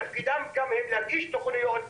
תפקידם גם להגיש תוכניות,